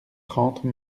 trente